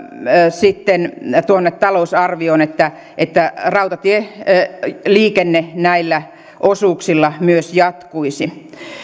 sitten tuonne talousarvioon että että rautatieliikenne näillä osuuksilla myös jatkuisi